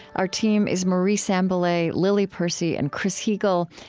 our team is marie sambilay, lily percy, and chris heagle.